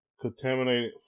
contaminated